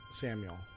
Samuel